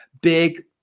big